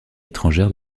étrangère